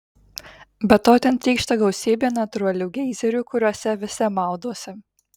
be to ten trykšta gausybė natūralių geizerių kuriuose visi maudosi